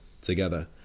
together